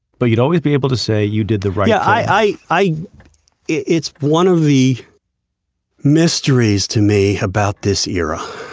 but you'd always be able to say you did the right yeah i i it's one of the mysteries to me about this era.